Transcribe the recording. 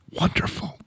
wonderful